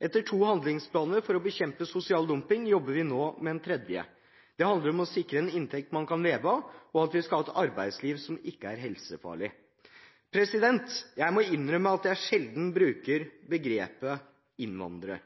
Etter to handlingsplaner for å bekjempe sosial dumping jobber vi nå med en tredje. Det handler om å sikre en inntekt man kan leve av, og at vi skal ha et arbeidsliv som ikke er helsefarlig. Jeg må innrømme at jeg sjelden bruker begrepet «innvandrer».